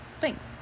thanks